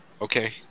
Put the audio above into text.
okay